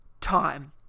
time